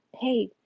Hey